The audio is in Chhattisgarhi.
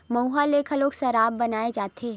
मउहा के घलोक सराब बनाए जाथे